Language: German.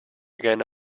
gerne